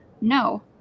no